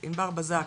ג' בטבת התשפ"ב.